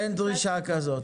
אין דרישה כזאת.